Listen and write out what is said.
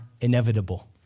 inevitable